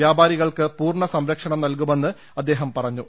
വ്യാപാരികൾക്ക് പൂർണ സംർക്ഷണം നൽകുമെന്ന് അദ്ദേഹം പറഞ്ഞു